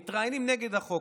מתראיינים נגד החוק,